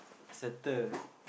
settle